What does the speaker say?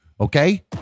Okay